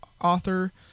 author